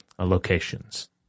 locations